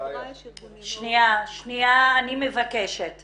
בשנה זו עקבתי אחר כמה פרסומים שהתפרסמו